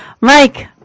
Mike